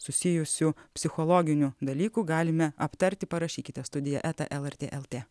susijusių psichologinių dalykų galime aptarti parašykite studija eta lrt lt